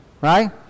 Right